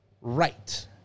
right